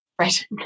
Right